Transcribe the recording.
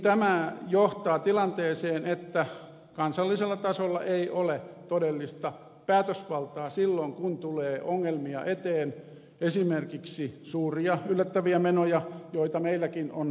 tämä johtaa tilanteeseen että kansallisella tasolla ei ole todellista päätösvaltaa silloin kun tulee ongelmia eteen esimerkiksi suuria yllättäviä menoja joita meilläkin on tiedossa